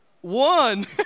One